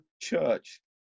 church